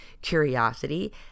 curiosity